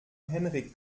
henrik